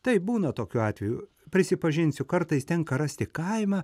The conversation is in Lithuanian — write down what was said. taip būna tokių atvejų prisipažinsiu kartais tenka rasti kaimą